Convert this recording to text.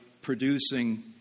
producing